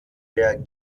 der